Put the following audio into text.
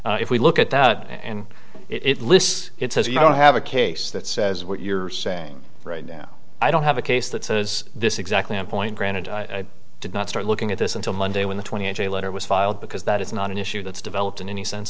clear if we look at that and it lists it says you don't have a case that says what you're saying right now i don't have a case that says this exactly on point granted i did not start looking at this until monday when the twenty a day later was filed because that is not an issue that's developed in any sense